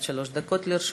עד שלוש דקות לרשותך.